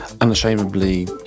unashamedly